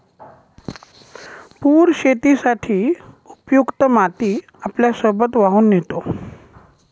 पूर शेतीसाठी उपयुक्त माती आपल्यासोबत वाहून नेतो